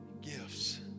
gifts